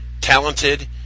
talented